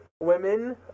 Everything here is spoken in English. women